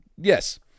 Yes